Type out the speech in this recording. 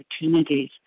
opportunities